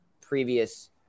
previous